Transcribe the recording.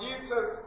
Jesus